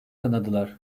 kınadılar